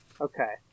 Okay